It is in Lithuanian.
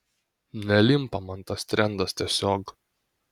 nelimpa man tas trendas tiesiog